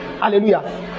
Hallelujah